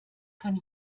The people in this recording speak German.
kann